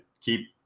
keep